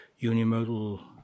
unimodal